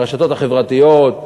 ברשתות החברתיות,